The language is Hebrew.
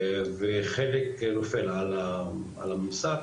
וחלק נופל על הממסד,